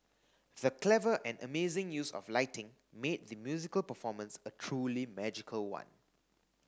the clever and amazing use of lighting made the musical performance a truly magical one